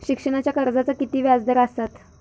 शिक्षणाच्या कर्जाचा किती व्याजदर असात?